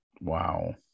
Wow